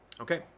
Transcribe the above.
Okay